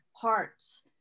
parts